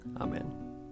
Amen